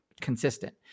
consistent